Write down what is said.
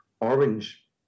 orange